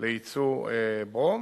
לייצוא ברום.